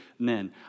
amen